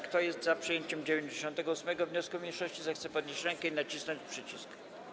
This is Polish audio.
Kto jest za przyjęciem 98. wniosku mniejszości, zechce podnieść rękę i nacisnąć przycisk.